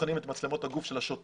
כשבוחנים את מצלמות הגוף של השוטרים